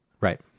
Right